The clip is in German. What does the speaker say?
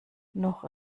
noch